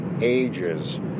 ages